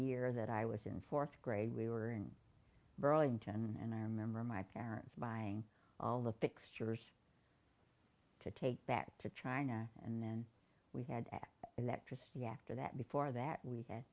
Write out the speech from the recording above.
year that i was in fourth grade we were in burlington and i remember my parents buying all the fixtures to take back to china and then we had electricity after that before that we had